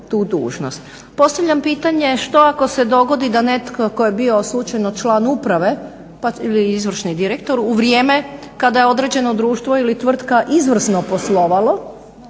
tu dužnost. Postavljam pitanje što ako se dogodi da netko tko je bio slučajno član uprave ili izvršni direktor u vrijeme kada je određeno društvo ili tvrtka izvrsno poslovalo